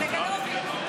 תודה רבה.